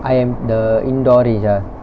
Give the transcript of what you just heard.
I_M the indoor range ah